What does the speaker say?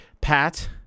Pat